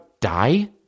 die